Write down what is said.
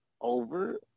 over